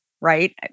right